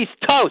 toast